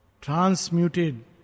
transmuted